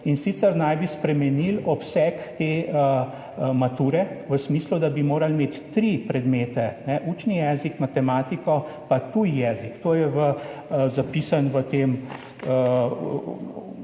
in sicer, spremenili naj bi obseg te mature v smislu, da bi morali imeti tri predmete – učni jezik, matematiko in tuji jezik. To je zapisano v tem